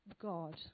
God